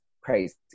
crazy